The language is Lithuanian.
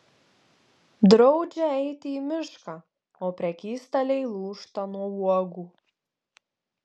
draudžia eiti į mišką o prekystaliai lūžta nuo uogų